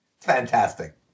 fantastic